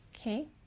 Okay